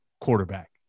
quarterback